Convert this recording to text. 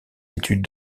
études